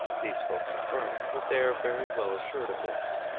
these folks affirm that they are very well assured of this,